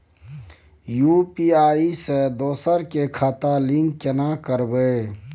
UPI से दोसर के खाता लिंक केना करबे?